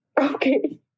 okay